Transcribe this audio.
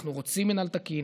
אנחנו רוצים מינהל תקין,